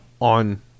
On